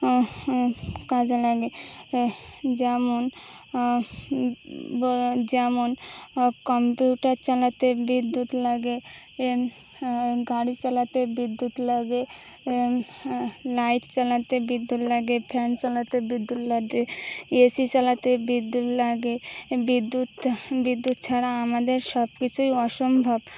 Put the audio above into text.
কাজে লাগে যেমন যেমন কম্পিউটার চালাতে বিদ্যুৎ লাগে গাড়ি চালাতে বিদ্যুৎ লাগে লাইট চালাতে বিদ্যুৎ লাগে ফ্যান চালাতে বিদ্যুৎ লাগে এসি চালাতে বিদ্যুৎ লাগে বিদ্যুৎ বিদ্যুৎ ছাড়া আমাদের সব কিছুই অসম্ভব